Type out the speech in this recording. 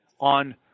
on